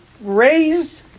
raised